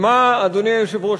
אדוני היושב-ראש,